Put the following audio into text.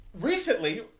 recently